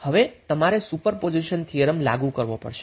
તેથી હવે તમારે સુપર પોઝિશન થિયરમ લાગુ કરવો પડશે